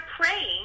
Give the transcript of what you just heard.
praying